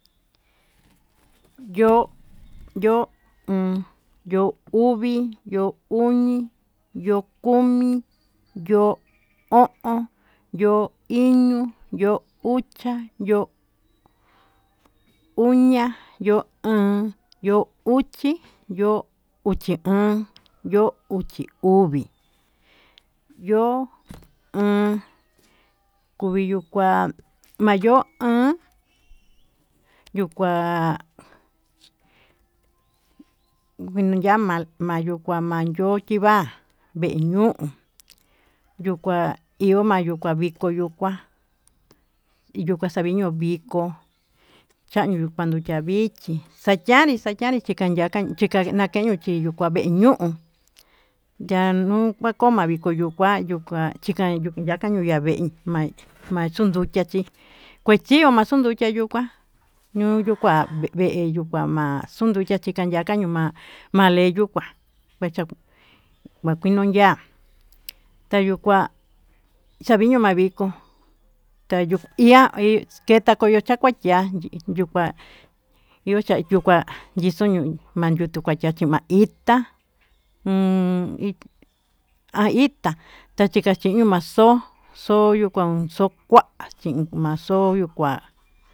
Yo yo un yo uvi, yo uñi, yo komi, yo o'on, yo iño, yo ucha, yo'o uña, yo óón, yo uxi, yo uxi oon, yo uxi uvi, yo oon, kuvi yuu kuá mayo'o aan yuu kuá kuayamal kayukua ma'a yo'o kii va veñuu yuu kua iho yuu kua viko yuu kuá yuu kaxa iño viko, chanuu kua vichí xayani xayani chikan ya'a xaña'a chika nakeyu chiyuu yukua vee ñuu yunuu kua kuña'a viko yuku kua yuu kua chí, kayukañu ya'a vee ñuu ma'í ma chunndukia chí kuechió maxundukia yuu kuá, nuu yuu kua vee yuu kua ma'a xunyukia chika yakia ñuu ma'a maleyu kuá vecha kua kii yun ya'á tayuu kua tayiño makikó ta yuu iha kuta mayuchakiá yan yuu kua yuchan yió kiá yixon yuu mayicho machachi kuá, itá uun ha itá tañikachiño ma'a xó xoyukuan xo'o kuá iin maxoyu kuá.